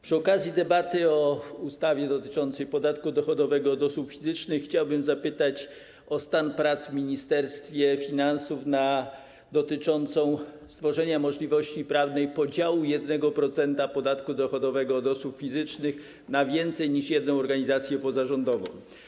Przy okazji debaty o ustawie dotyczącej podatku dochodowego od osób fizycznych chciałbym zapytać o stan prac w Ministerstwie Finansów dotyczących stworzenia możliwości prawnej podziału 1% podatku dochodowego od osób fizycznych na więcej niż jedną organizację pozarządową.